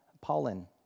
pollen